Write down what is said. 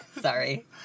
Sorry